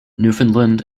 newfoundland